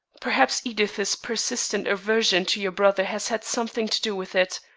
perhaps edith's persistent aversion to your brother has had something to do with it.